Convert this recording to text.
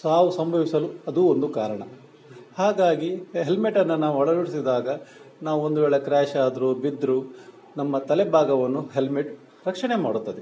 ಸಾವು ಸಂಭವಿಸಲು ಅದೂ ಒಂದು ಕಾರಣ ಹಾಗಾಗಿ ಹೆಲ್ಮೆಟನ್ನು ನಾವು ಅಳವಡಿಸಿದಾಗ ನಾವು ಒಂದು ವೇಳೆ ಕ್ರ್ಯಾಶ್ ಆದರು ಬಿದ್ದರು ನಮ್ಮ ತಲೆ ಭಾಗವನ್ನು ಹೆಲ್ಮೆಟ್ ರಕ್ಷಣೆ ಮಾಡುತ್ತದೆ